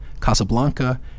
Casablanca